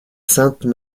saintes